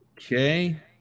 Okay